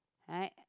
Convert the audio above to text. right